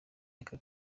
aka